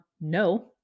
No